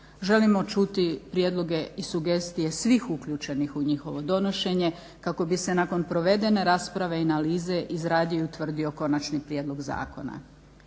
Želimo čuti prijedloge i sugestije svih uključenih u njihovo donošenje kako bi se nakon provedene rasprave i analize izradio i utvrdio konačni prijedlog zakona.